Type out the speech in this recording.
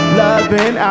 loving